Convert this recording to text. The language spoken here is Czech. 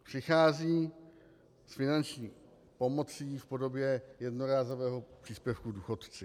Přichází s finanční pomocí v podobě jednorázového příspěvku důchodci.